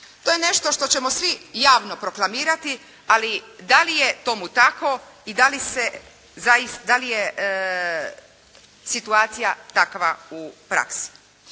To je nešto što ćemo svi javno proklamirati, ali da li je tomu tako i da li je situacija takva u praksi.